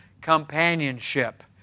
companionship